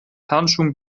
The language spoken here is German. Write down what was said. handschuhen